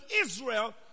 Israel